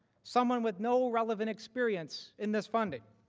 some um with no relevant experience in this funding.